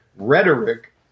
rhetoric